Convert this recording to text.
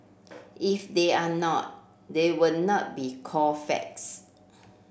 if they are not they would not be called facts